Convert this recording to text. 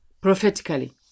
prophetically